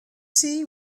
see